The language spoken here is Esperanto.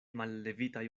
mallevitaj